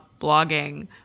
blogging